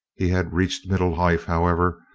he had reached middle life, however,